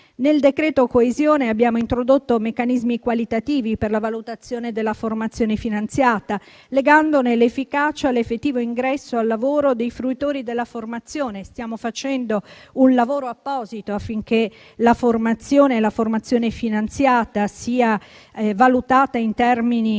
decreto coesione abbiamo introdotto meccanismi qualitativi per la valutazione della formazione finanziata, legandone l'efficacia e l'effettivo ingresso al lavoro dei fruitori della formazione. Stiamo facendo un lavoro apposito affinché la formazione finanziata sia valutata in termini